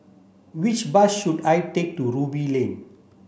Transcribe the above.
which bus should I take to Ruby Lane